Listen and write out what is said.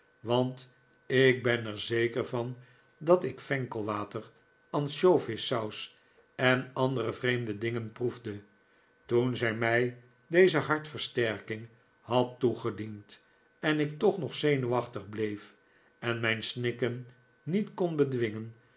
want ik ben er zeker van dat ik venkelwater ansjovissaus en andere vreemde dingen proefde toen zij mij deze hartversterking had toegediend en ik toch nog zenuwachtig bleef en mijn snikken niet kon bedwingen